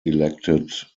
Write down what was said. elected